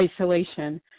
isolation